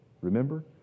Remember